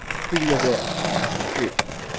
primavera, spring